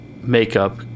makeup